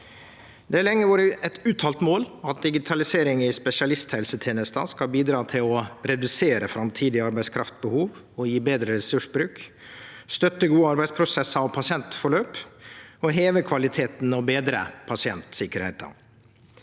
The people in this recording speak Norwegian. Det har lenge vore eit uttalt mål at digitalisering i spesialisthelsetenesta skal bidra til å – redusere framtidig arbeidskraftbehov og gi betre ressursbruk – støtte gode arbeidsprosessar og pasientforløp – heve kvaliteten og betre pasientsikkerheita